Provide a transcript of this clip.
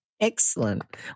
Excellent